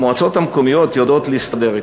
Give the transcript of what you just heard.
המועצות המקומיות יודעות להסתדר אתנו,